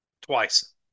Twice